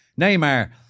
Neymar